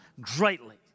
greatly